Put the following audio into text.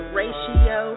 ratio